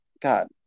God